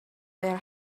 their